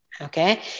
Okay